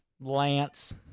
Lance